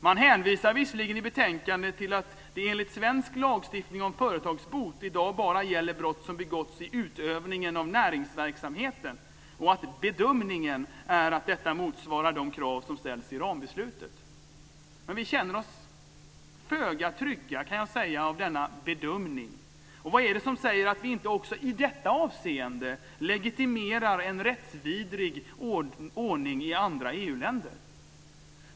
Man hänvisar visserligen i betänkandet till att det enligt svensk lagstiftning om företagsbot i dag bara gäller brott som begåtts i utövningen av näringsverksamheten, och att bedömningen är att detta motsvarar de krav som ställs i rambeslutet. Men vi känner oss föga trygga av denna "bedömning". Och vad är det som säger att vi inte också i detta avseende legitimerar en rättsvidrig ordning i andra EU-länder?